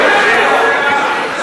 הכנסת פריג'.